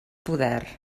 poder